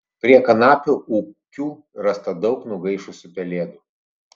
prie kanapių ūkių rasta daug nugaišusių pelėdų